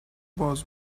باز